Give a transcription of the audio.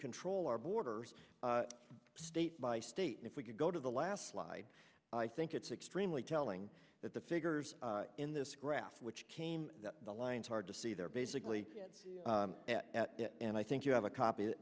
control our borders state by state and if we could go to the last slide i think it's extremely telling that the figures in this graph which came the lines hard to see they're basically at and i think you have a copy